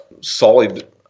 solid